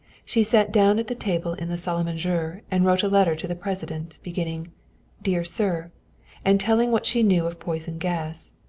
she sat down at the table in the salle a manger and wrote a letter to the president, beginning dear sir and telling what she knew of poison gas.